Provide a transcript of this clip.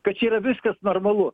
kad čia yra viskas normalu